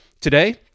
Today